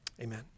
Amen